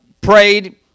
prayed